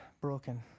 broken